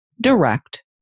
direct